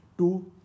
two